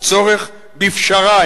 הצורך בפשרה,